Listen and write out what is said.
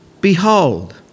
Behold